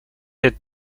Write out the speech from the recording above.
être